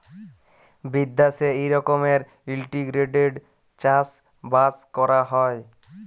বিদ্যাশে ই রকমের ইলটিগ্রেটেড চাষ বাস ক্যরা হ্যয়